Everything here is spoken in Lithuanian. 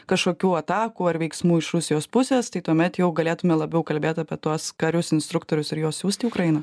kažkokių atakų ar veiksmų iš rusijos pusės tai tuomet jau galėtume labiau kalbėt apie tuos karius instruktorius ir juos siųst į ukrainą